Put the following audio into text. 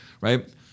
right